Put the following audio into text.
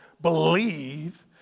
believe